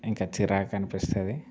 ఇంకా చిరాకు అనిపిస్తుంది